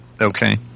Okay